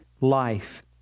life